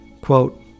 Quote